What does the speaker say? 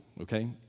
okay